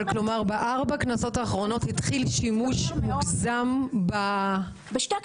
אבל בארבע כנסות האחרונות התחיל שימוש מוגזם בהצבעות.